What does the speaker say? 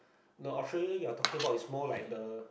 no Australia you are talking about is more like a